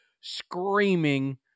screaming